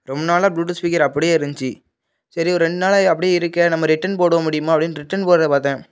ரொம்ப நாளாக Bluetooth speaker அப்டியே இருந்துச்சி சரி ஒரு ரெண்டு நாளாக இது அப்டியே இருக்கே நம்ம ரிட்டர்ன் போட முடியுமா அப்டின்னு ரிட்டர்ன் போடுறத பார்த்தேன்